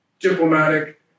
Diplomatic